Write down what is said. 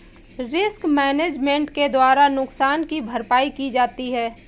risk management के द्वारा नुकसान की भरपाई की जाती है